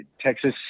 Texas